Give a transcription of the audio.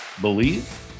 believe